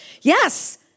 Yes